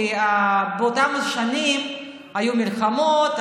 כי באותן שנים היו מלחמות,